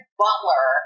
butler